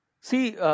See